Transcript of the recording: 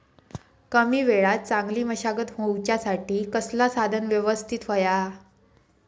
कमी वेळात चांगली मशागत होऊच्यासाठी कसला साधन यवस्तित होया?